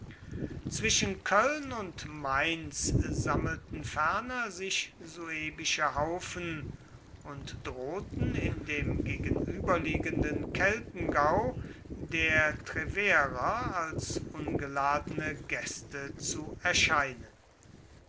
zwischen köln und mainz sammelten ferner sich suebische haufen und drohten in dem gegenüberliegenden keltengau der treverer als ungeladene gäste zu erscheinen